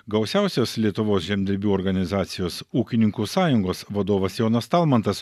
gausiausios lietuvos žemdirbių organizacijos ūkininkų sąjungos vadovas jonas talmantas